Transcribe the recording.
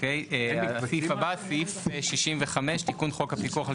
סעיף 68 תיקון פקודת